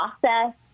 process